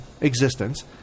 existence